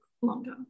longer